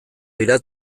dira